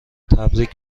تبریک